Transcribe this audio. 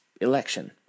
election